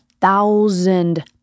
thousand